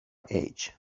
age